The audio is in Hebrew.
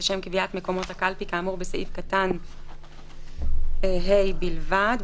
לשם קביעת מקומות הקלפי כאמור בסעיף קטן (ה) בלבד,